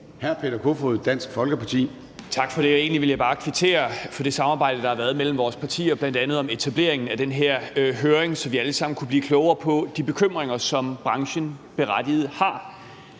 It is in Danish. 10:39 Peter Kofod (DF): Tak for det. Egentlig ville jeg bare kvittere for det samarbejde, der har været mellem vores partier, bl.a. om etableringen af den her høring, så vi alle sammen kunne blive klogere på de bekymringer, som branchen berettiget har.